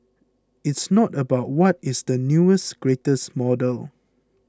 it's not about what is the newest greatest model